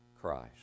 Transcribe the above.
Christ